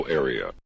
area